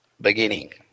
beginning